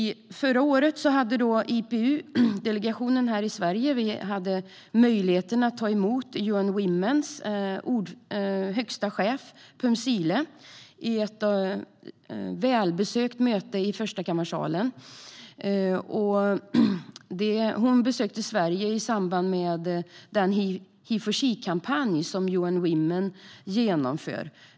Förra året hade vi i den svenska IPU-delegationen möjlighet att ta emot UN Womens högsta chef, Phumzile, på ett välbesökt möte i förstakammarsalen. Hon besökte Sverige i samband med den Heforshe-kampanj som UN Women genomför.